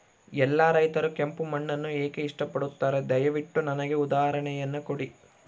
ಎಲ್ಲಾ ರೈತರು ಕೆಂಪು ಮಣ್ಣನ್ನು ಏಕೆ ಇಷ್ಟಪಡುತ್ತಾರೆ ದಯವಿಟ್ಟು ನನಗೆ ಉದಾಹರಣೆಯನ್ನ ಕೊಡಿ?